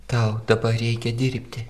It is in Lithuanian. tau dabar reikia dirbti